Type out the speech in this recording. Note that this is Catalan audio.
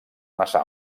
massa